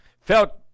felt